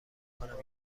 کنم